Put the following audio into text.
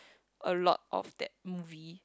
a lot of that movie